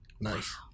Nice